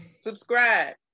Subscribe